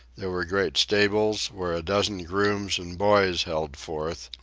there were great stables, where a dozen grooms and boys held forth,